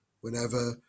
whenever